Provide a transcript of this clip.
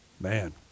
Man